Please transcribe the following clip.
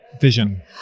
vision